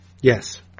Yes